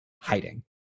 hiding